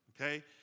Okay